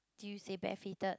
do you say bare feeted